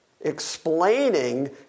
explaining